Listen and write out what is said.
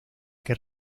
que